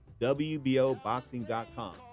wboboxing.com